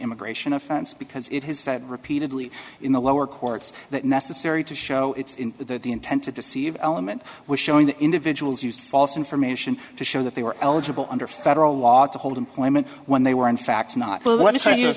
immigration offense because it has said repeatedly in the lower courts that necessary to show it's that the intent to deceive element was showing the individuals used false information to show that they were eligible under federal law to hold employment when they were in fact not one for years